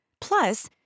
Plus